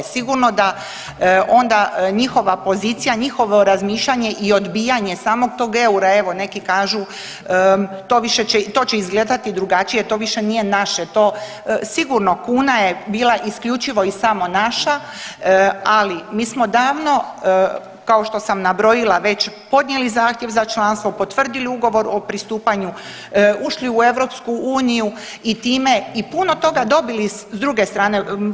Sigurno da onda njihova pozicija, njihovo razmišljanje i odbijanje samog tog eura evo neki kažu to će izgledati drugačije, to više nije naše, to sigurno kuna je bila isključivo i samo naša, ali mi smo davno kao što sam nabrojila već podnijeli zahtjev za članstvo, potvrdili ugovor o pristupanju, ušli u EU i time i puno toga dobili s druge strane.